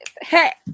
Hey